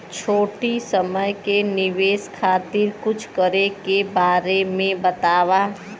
छोटी समय के निवेश खातिर कुछ करे के बारे मे बताव?